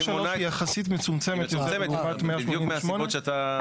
היא מונה, בדיוק מהסיבות שאתה חושב עליהם.